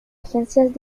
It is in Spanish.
agencias